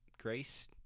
Grace